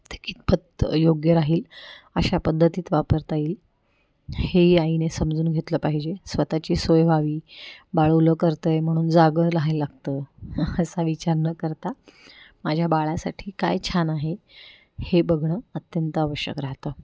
ते कितपत योग्य राहील अशा पद्धतीत वापरता येईल हे आईने समजून घेतलं पाहिजे स्वतःची सोय व्हावी बाळ ओलं करत आहे म्हणून जागं राहाय लागतं असा विचार न करता माझ्या बाळासाठी काय छान आहे हे बघणं अत्यंत आवश्यक राहतं